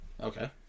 Okay